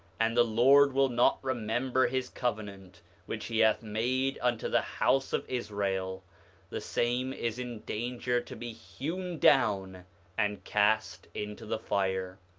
and the lord will not remember his covenant which he hath made unto the house of israel the same is in danger to be hewn down and cast into the fire